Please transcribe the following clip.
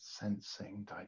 Sensing